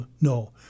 No